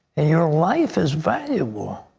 and your life is valuable.